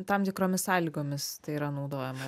tam tikromis sąlygomis tai yra naudojama